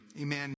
Amen